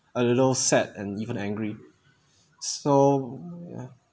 a little sad and even angry so ya